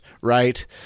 right